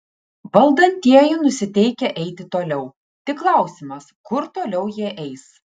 valdantieji nusiteikę eiti toliau tik klausimas kur toliau jie eis